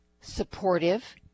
supportive